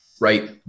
right